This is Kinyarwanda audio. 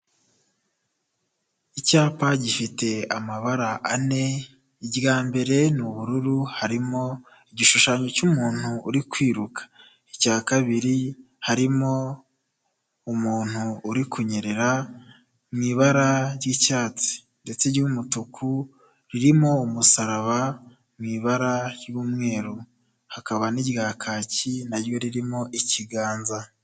Icyapa gifite amabara ane, irya mbere ni ubururu, harimo igishushanyo cy'umuntu uri kwiruka. Icya kabiri harimo umuntu uri kunyerera, mu ibara ry'icyatsi. Ndetse iry'umutuku ririmo umusaraba, mu ibara ry'umweru. Hakaba n'irya kaki, na ryo ririmo ikiganza.